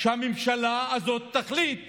שהממשלה הזאת תחליט